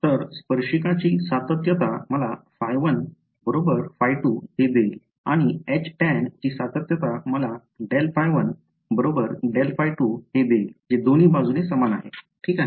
तर स्पर्शिकाची सातत्यता मला ϕ1 ϕ2 हे देईल आणि Htan ची सातत्यता मला ∇ϕ1 ∇ϕ2 हे देईल जे दोन्ही बाजूने सामान आहे ठीक आहे